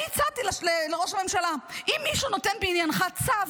אני הצעתי לראש הממשלה: אם מישהו נותן בעניינך צו,